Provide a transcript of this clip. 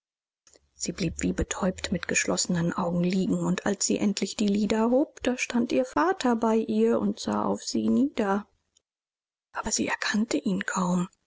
sie blieb wie betäubt mit geschlossenen augen liegen und als sie endlich die lider hob da stand ihr vater bei ihr und sah auf sie nieder aber sie erkannte ihn kaum